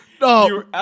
No